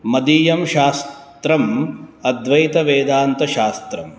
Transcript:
मदीयं शास्त्रम् अद्वैतवेदान्तशास्त्रम्